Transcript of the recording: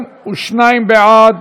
22 בעד,